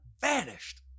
vanished